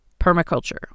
permaculture